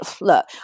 look